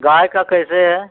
गाय का कैसे है